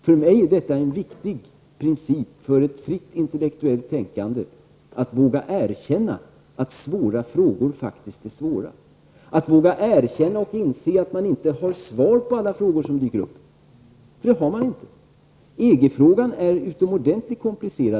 För mig är detta en viktig princip för ett fritt intellektuellt tänkande. Man måste våga erkänna att svåra frågor faktiskt är svåra. Man måste våga erkänna och inse att man inte har svar på alla frågor som dyker upp. Det har man inte. EG-frågan är utomordentligt komplicerad.